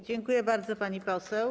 Dziękuję bardzo, pani poseł.